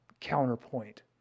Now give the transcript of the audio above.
counterpoint